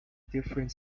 different